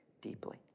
deeply